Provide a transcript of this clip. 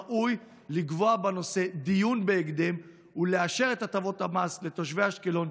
ראוי לקבוע בנושא דיון בהקדם ולאשר את הטבות המס לתושבי אשקלון,